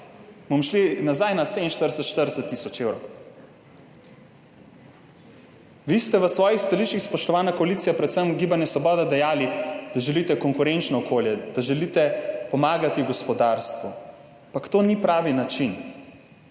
bomo šli nazaj na 47 ali 40 tisoč evrov. Vi ste v svojih stališčih, spoštovana koalicija, predvsem Gibanje Svoboda, dejali, da želite konkurenčno okolje, da želite pomagati gospodarstvu, ampak to ni pravi način.